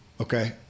Okay